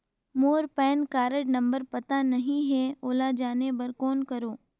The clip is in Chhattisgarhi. मोर पैन कारड नंबर पता नहीं है, ओला जाने बर कौन करो?